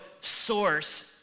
source